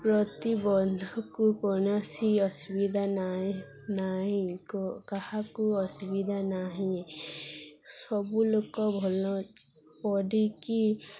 ପ୍ରତିିବନ୍ଧକ କୌଣସି ଅସୁବିଧା ନାହିଁ ନାହିଁ କାହାକୁ ଅସୁବିଧା ନାହିଁ ସବୁ ଲୋକ ଭଲ ପଡ଼ିକି